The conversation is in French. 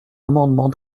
amendement